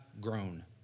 grown